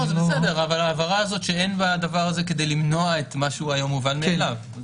אבל ההבהרה הזאת שאין בדבר הזה כדי למנוע את מה שהוא היום מובן מאליו.